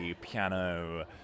piano